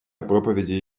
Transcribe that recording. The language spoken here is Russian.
проповеди